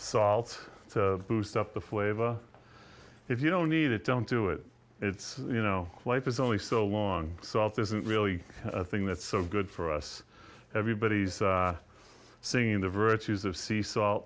salt to boost up the flavor if you don't need it don't do it it's you know life is only so long so out there isn't really a thing that's so good for us everybody's seeing the virtues of sea salt